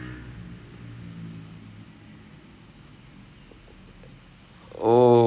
ஏனா அடுத்த வர்ஷம்:aenaa adutha varsham there's another international tournament and I'm trying really hard to get back into the squad